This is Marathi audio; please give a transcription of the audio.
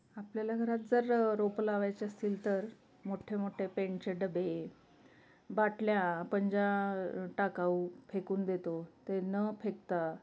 आपल्याला घरात जर रोपं लावायचे असतील तर मोठ्ठे मोठे पेंटचे डबे बाटल्या आपण ज्या टाकाऊ फेकून देतो ते न फेकता